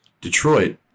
Detroit